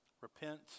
Repent